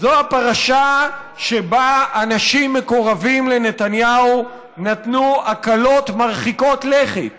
זו הפרשה שבה אנשים מקורבים לנתניהו נתנו הקלות מרחיקות לכת